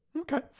Okay